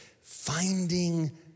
finding